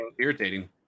Irritating